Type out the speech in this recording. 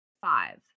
five